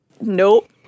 Nope